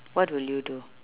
what will you do